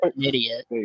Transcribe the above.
Idiot